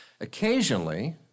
Occasionally